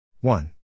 one